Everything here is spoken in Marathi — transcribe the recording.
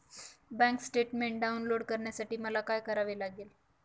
बँक स्टेटमेन्ट डाउनलोड करण्यासाठी मला काय करावे लागेल?